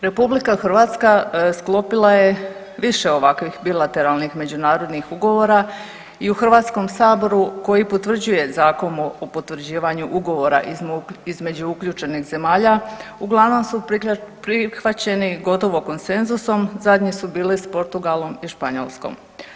RH sklopila je više ovakvih bilateralnih međunarodnih ugovora i u Hrvatskom saboru koji potvrđuje Zakonom o potvrđivanju ugovora između uključenih zemalja uglavnom su prihvaćeni gotovo konsenzusom, zadnji su bili s Portugalom i Španjolskom.